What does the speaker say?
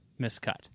miscut